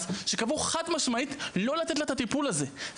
שקבעו חד משמעית: לא לתת לה את הטיפול הזה,